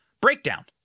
breakdown